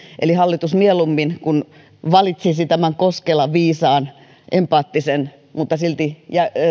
eli hallitus mieluummin kuin valitsisi koskelan viisaan empaattisen mutta silti